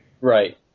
Right